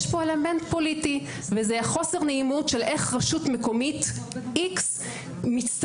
יש פה אלמנט פוליטי וזה חוסר נעימות של איך רשות מקומית X מצטיירת